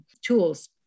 tools